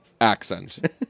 accent